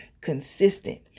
Consistent